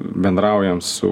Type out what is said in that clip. bendraujam su